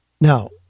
Now